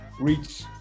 reach